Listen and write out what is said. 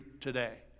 today